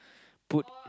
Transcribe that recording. put